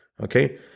Okay